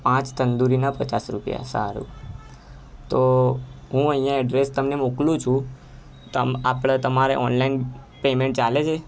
પાંચ તંદૂરીના પચાસ રૂપિયા સારું તો હું અહીં એડ્રેસ તમને મોકલું છું તમ આપણે તમારે ઓનલાઇન પેમેન્ટ ચાલે છે